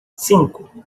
cinco